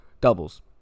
doubles